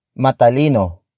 matalino